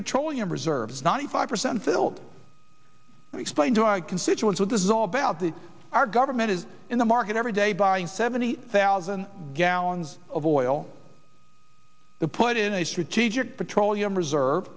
petroleum reserves ninety five percent fill we explain to our constituents with this is all about the our government is in the market every day buying seventy thousand gallons of oil to put in a strategic petroleum reserve